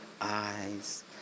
eyes